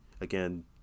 again